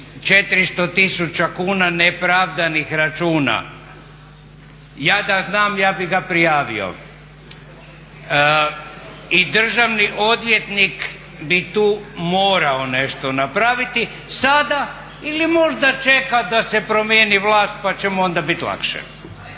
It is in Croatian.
400 tisuća kuna ne pravdanih računa ja da znam ja bi ga prijavio. I državni odvjetnik bi tu morao nešto napraviti sada ili možda čeka da se promijenit vlast pa će mu onda biti lakše.